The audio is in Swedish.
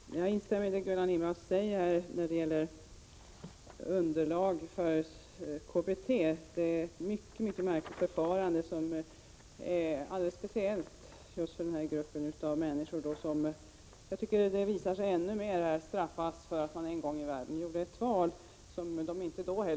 Herr talman! Jag instämmer i det Gullan Lindblad säger om underlaget för KBT. Det är ett mycket märkligt förfarande. Jag tycker att det visar sig att alldeles speciellt den här gruppen människor straffas ännu mer för att de en gång gjorde ett val.